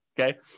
okay